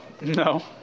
no